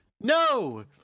No